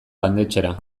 landetxera